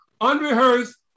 unrehearsed